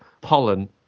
pollen